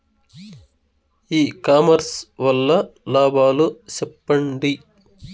ఇ commerce వల్ల లాభాలు సెప్పండి?